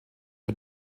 für